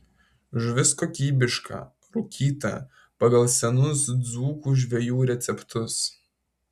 žuvis kokybiška rūkyta pagal senus dzūkų žvejų receptus